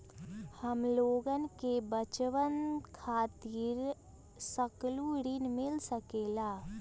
हमलोगन के बचवन खातीर सकलू ऋण मिल सकेला?